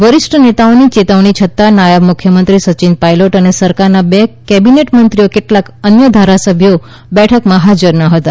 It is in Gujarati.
વરિષ્ઠ નેતાઓની ચેતવણી છતાં નાયબ મુખ્યમંત્રી સચિન પાયલોટ અને સરકારના બે કેબિનેટ મંત્રીઓ કેટલાક અન્ય ધારાસભ્યોએ બેઠકમાં હાજર ન હતા